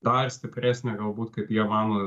dar stipresnę galbūt kaip jie mano